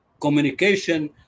communication